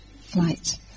flight